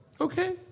Okay